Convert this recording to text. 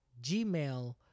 Gmail